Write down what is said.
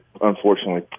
unfortunately